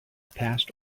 past